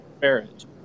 marriage